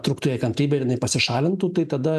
trūktų jai kantrybė ir jinai pasišalintų tai tada